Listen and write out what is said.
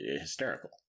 hysterical